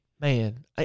man